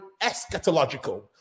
eschatological